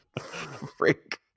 Freak